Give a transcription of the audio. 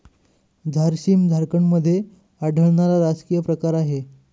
झारसीम झारखंडमध्ये आढळणारा राजकीय प्रकार आहे